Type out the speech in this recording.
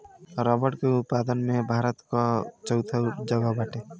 रबड़ के उत्पादन में भारत कअ चउथा जगह बाटे